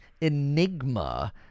Enigma